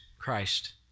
Christ